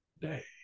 day